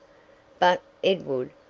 but, edward,